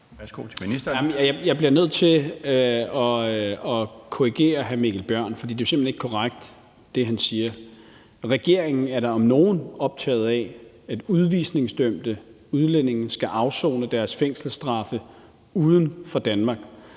Jeg bliver nødt til at korrigere hr. Mikkel Bjørn, for det, han siger, er jo simpelt hen ikke korrekt. Regeringen er da om nogen optaget af, at udvisningsdømte udlændinge skal afsone deres fængselsstraffe uden for Danmark.